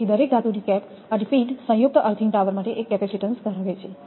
તેથી દરેક ધાતુની કેપ અને પિન સંયુક્ત અર્થીંગ ટાવર માટે એક કેપેસિટીન્સ ધરાવે છે